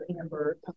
Amber